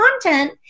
content